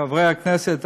חברי הכנסת,